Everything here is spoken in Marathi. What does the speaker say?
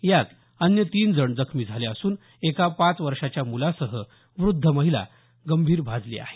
यात अन्य तीन जण जखमी झाले असून एका पाच वर्षाच्या मुलासह वृद्ध महिला गंभीर भाजली आहे